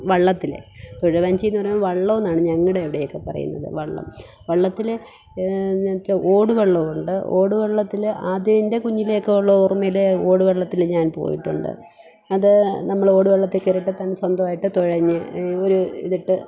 വള്ളത്തിൽ തുഴവഞ്ചി എന്ന് പറയുമ്പം വള്ളമെന്നാണ് ഞങ്ങളുടെ അവിടെയൊക്കെ പറയുന്നത് വള്ളം വള്ളത്തിൽ ഇങ്ങനത്തെ ഓടുവള്ളവുമുണ്ട് ഓടുവള്ളത്തിൽ അദ്യം എൻ്റെ കുഞ്ഞിലൊക്കെയുള്ള ഓർമ്മയിൽ ഓടു വള്ളത്തിൽ ഞാൻ പോയിട്ടുണ്ട് അത് നമ്മൾ ഓടുവള്ളത്തിൽ കയറിയപ്പോൾ തന്നെ സ്വന്തമായിട്ട് തുഴഞ്ഞ് ഒരു ഇതിട്ട്